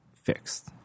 Fixed